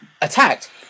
attacked